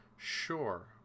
sure